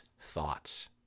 thoughts